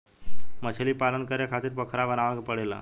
मछलीपालन करे खातिर पोखरा बनावे के पड़ेला